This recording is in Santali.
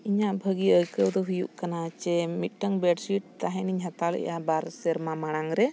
ᱤᱧᱟᱹᱜ ᱵᱷᱟᱹᱜᱤ ᱟᱹᱭᱠᱟᱹᱣ ᱫᱚ ᱦᱩᱭᱩᱜ ᱠᱟᱱᱟ ᱪᱮ ᱢᱤᱫᱴᱟᱝ ᱵᱮᱰᱥᱤᱴ ᱛᱟᱦᱮᱱᱤᱧ ᱦᱟᱛᱟᱣᱞᱮᱫᱟ ᱵᱟᱨ ᱥᱮᱨᱢᱟ ᱢᱟᱲᱟᱝ ᱨᱮ